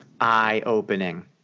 eye-opening